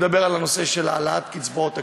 העלאת קצבאות הקשישים,